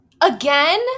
again